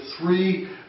three